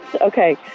Okay